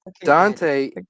dante